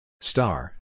Star